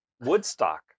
Woodstock